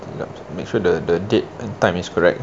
silap make sure the the date and time is correct